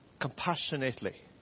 compassionately